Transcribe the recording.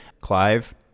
Clive